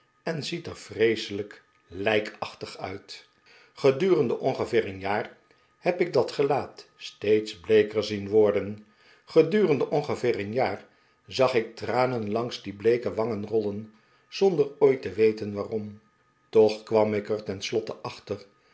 en ziet er vreeselijk lijkachtig uit gedurende ongeveer een jaar heb ik dat gelaat steeds bleeker zien worden gedurende ongeveer een jaar zag ik tranen langs die bleeke wangen rollen zonder ooit te weten waarom toch kwam ik er ten slotte achter